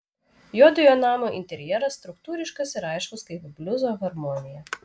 juodojo namo interjeras struktūriškas ir aiškus kaip bliuzo harmonija